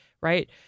right